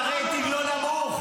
הרייטינג לא נמוך.